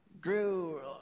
grew